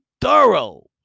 thorough